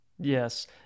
Yes